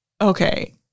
Okay